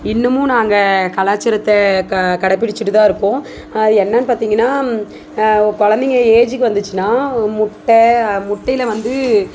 இன்னமும் நாங்கள் கலாச்சாரத்தை க கடைபிடித்துட்டு தான் இருக்கோம் என்னன்னு பார்த்தீங்கன்னா குழந்தைங்க ஏஜுக்கு வந்துச்சின்னால் முட்டை முட்டையில் வந்து